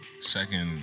second